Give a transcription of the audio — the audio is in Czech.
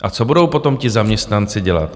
A co budou potom ti zaměstnanci dělat?